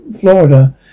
Florida